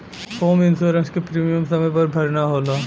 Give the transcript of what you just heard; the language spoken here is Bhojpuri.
होम इंश्योरेंस क प्रीमियम समय पर भरना होला